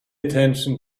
attention